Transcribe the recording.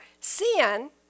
sin